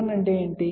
b1 అంటే ఏమిటి